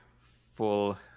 full